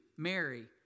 Mary